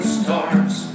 stars